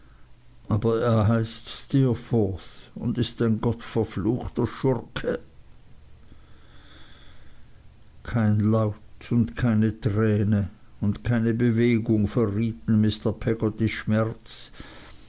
aber er heißt steerforth und ist ein gottverfluchter schurke kein laut und keine träne und keine bewegung verrieten mr peggottys schmerz